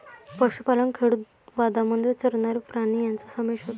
पशुपालन खेडूतवादामध्ये चरणारे प्राणी यांचा समावेश होतो